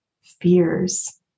fears